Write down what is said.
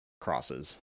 crosses